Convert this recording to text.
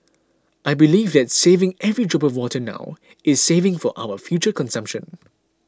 I believe that saving every drop of water now is saving for our future consumption